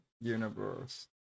universe